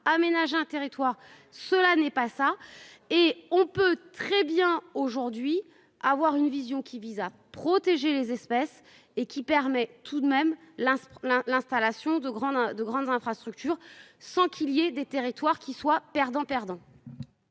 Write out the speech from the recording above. Aménager un territoire, cela n'est pas ça. Et on peut très bien aujourd'hui avoir une vision qui vise à protéger les espèces et qui permet tout de même la la l'installation de grandes de grandes infrastructures sans qu'il y a des territoires qui soient perdant-perdant.